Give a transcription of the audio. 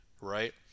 right